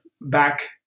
back